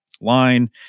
line